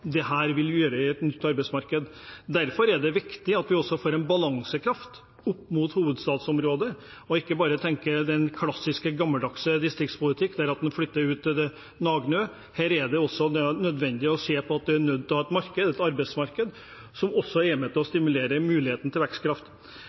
vil medføre i et nytt arbeidsmarked. Derfor er det viktig at vi også får en balansekraft opp mot hovedstadsområdet, og ikke bare tenker på den klassiske, gammeldagse distriktspolitikken der en flytter ut til den «yderste nøgne ø». Her er det også nødvendig å se at en er nødt til å ha et marked, et arbeidsmarked, som er med på å